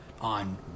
on